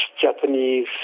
Japanese